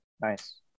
nice